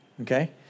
Okay